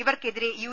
ഇവർക്കെതിരെ യു